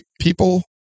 People